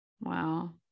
Wow